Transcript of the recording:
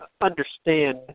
understand